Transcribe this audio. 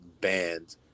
banned